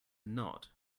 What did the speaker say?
nod